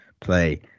play